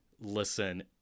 listen